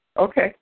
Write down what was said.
Okay